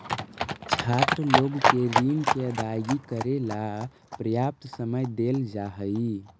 छात्र लोग के ऋण के अदायगी करेला पर्याप्त समय देल जा हई